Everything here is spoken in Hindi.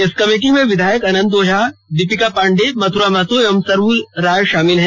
इस कमेटी में विधायक अनंत ओझा दीपिका पांडे मथुरा महतो एवं सरयू राय शामिल हैं